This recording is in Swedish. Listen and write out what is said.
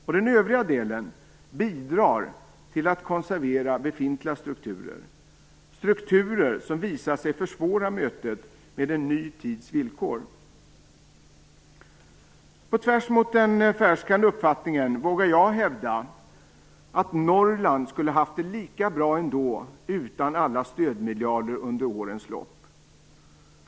Och den övriga delen bidrar till att konservera befintliga strukturer, strukturer som visat sig försvåra mötet med en ny tids villkor. På tvärs mot den förhärskande uppfattningen vågar jag hävda att Norrland skulle ha haft det lika bra utan alla stödmiljarder under årens lopp.